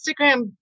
Instagram